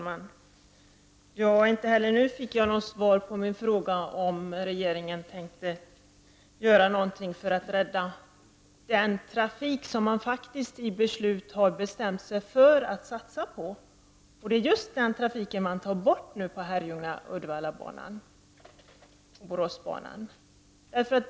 Herr talman! Inte heller nu fick jag något svar på min fråga om regeringen tänker göra någonting för att rädda den trafik som man faktiskt har beslutat att satsa på. Det är just den trafiken man tar bort, på banan Uddevalla— Herrljunga— Borås.